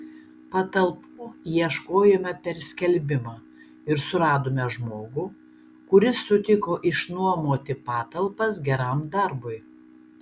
patalpų ieškojome per skelbimą ir suradome žmogų kuris sutiko išnuomoti patalpas geram darbui